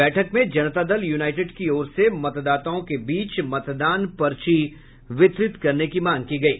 बैठक में जनता दल यूनाइटेड की ओर से मतदाताओं के बीच मतदान पर्ची वितरित करने की मांग की गयी